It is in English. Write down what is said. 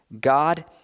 God